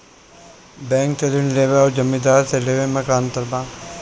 Bank से ऋण लेवे अउर जमींदार से लेवे मे का अंतर बा?